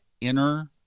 inner